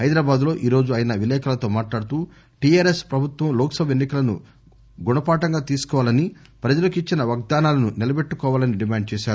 హైదరాబాద్ లో ఈ రోజు ఆయన విలేఖరులతో మాట్లాడుతూ టీఆర్ఎస్ ప్రభుత్వం లోక్సభ ఎన్ని కలను గుణపారంగా తీసుకోవాలని ప్రజలకు ఇచ్చిన వాగ్దానాలను నిలబెట్టుకోవాలని డిమాండ్ చేశారు